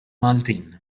maltin